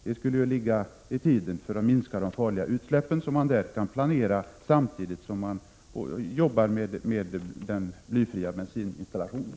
Det skulle innebära att man kunde planera en minskning av de farliga utsläppen samtidigt som man arbetar med installationer för att tillhandahålla blyfri bensin.